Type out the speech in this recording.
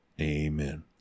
Amen